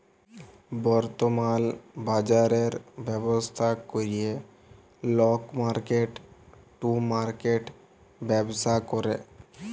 বর্তমাল বাজরের ব্যবস্থা ক্যরে লক মার্কেট টু মার্কেট ব্যবসা ক্যরে